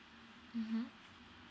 mmhmm